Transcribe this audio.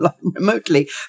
remotely